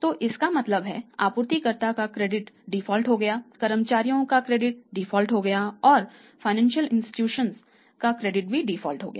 तो इसका मतलब है आपूर्तिकर्ता का क्रेडिट डिफ़ॉल्ट हो गया कर्मचारियों का क्रेडिट डिफ़ॉल्ट हो गया और फाइनेंशियल इंस्टीट्यूशन का क्रेडिट भी डिफ़ॉल्ट हो गए